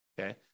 Okay